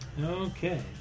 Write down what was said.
Okay